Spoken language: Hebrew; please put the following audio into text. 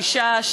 שישה,